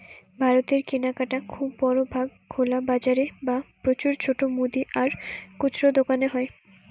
ভারতের কেনাকাটা খুব বড় ভাগ খোলা বাজারে বা প্রচুর ছোট মুদি আর খুচরা দোকানে হয়